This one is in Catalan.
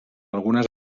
algunes